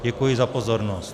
Děkuji za pozornost.